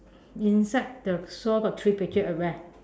inside the straw got three picture uh where